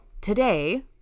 today